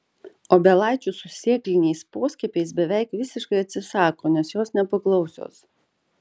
obelaičių su sėkliniais poskiepiais beveik visiškai atsisako nes jos nepaklausios